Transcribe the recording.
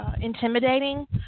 intimidating